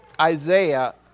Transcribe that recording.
Isaiah